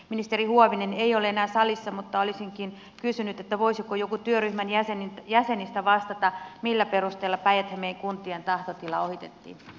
ministeri huovinen ei ole enää salissa mutta olisinkin kysynyt voisiko joku työryhmän jäsenistä vastata millä perusteella päijät hämeen kuntien tahtotila ohitettiin